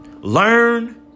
Learn